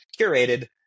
curated